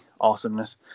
awesomeness